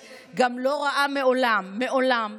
מעניינת